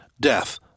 death